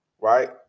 Right